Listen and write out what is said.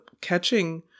catching